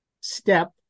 step